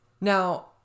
Now